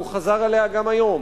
והוא חזר עליה גם היום: